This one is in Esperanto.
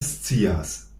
scias